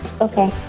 Okay